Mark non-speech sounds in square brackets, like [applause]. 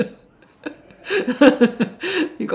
[laughs]